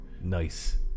nice